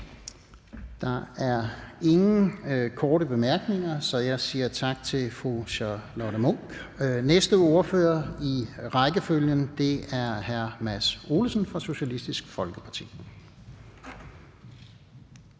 Der er ingen korte bemærkninger, så jeg siger tak til fru Charlotte Munch. Næste ordfører i rækken er hr. Mads Olsen fra Socialistisk Folkeparti.